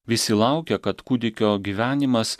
visi laukia kad kūdikio gyvenimas